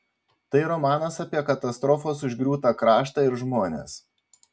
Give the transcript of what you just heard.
tai romanas apie katastrofos užgriūtą kraštą ir žmones